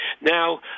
Now